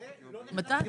להכניס?